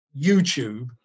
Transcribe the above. YouTube